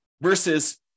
versus